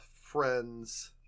friends